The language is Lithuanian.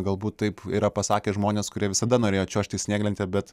galbūt taip yra pasakę žmonės kurie visada norėjo čiuožti snieglente bet